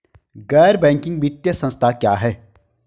गैर बैंकिंग वित्तीय संस्था क्या है?